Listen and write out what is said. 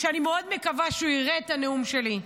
שאני מאוד מקווה שהוא יראה את הנאום שלי.